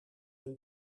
hun